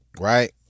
right